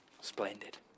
Splendid